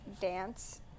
dance